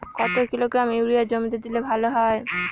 কত kilogram urea জমিতে দিলে ভালো হয়?